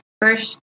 first